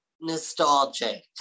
nostalgic